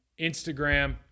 Instagram